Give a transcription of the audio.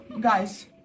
guys